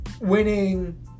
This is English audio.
winning